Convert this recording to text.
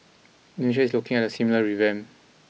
Indonesia is looking at a similar revamp